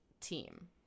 team